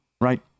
right